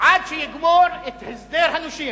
עד שיגמור את הסדר הנושים.